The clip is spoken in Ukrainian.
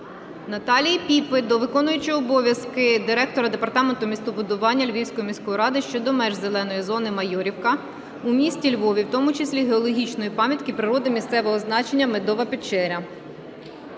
Наталії Піпи до виконуючого обов'язки директора департаменту містобудування Львівської міської ради щодо меж зеленої зони "Майорівка" у місті Львові, у тому числі геологічної пам'ятки природи місцевого значення "Медова Печера".